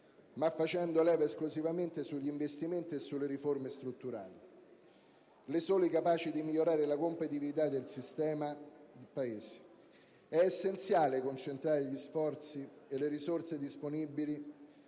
ma facendo leva esclusivamente sugli investimenti e sulle riforme strutturali, le sole capaci di migliorare la competitività del sistema Paese. È essenziale concentrare gli sforzi e le risorse disponibili,